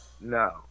no